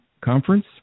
Conference